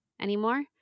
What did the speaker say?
anymore